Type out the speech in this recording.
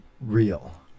real